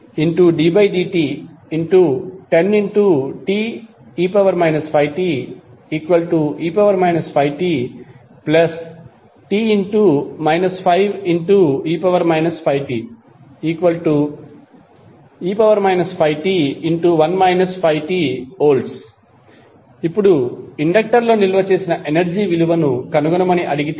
1ddt10te 5te 5tt 5e 5t e 5tV ఇప్పుడు inductor లో నిల్వ చేసిన ఎనర్జీ విలువను కనుగొనమని అడిగితే